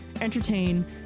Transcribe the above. entertain